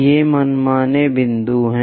ये मनमाने बिंदु हैं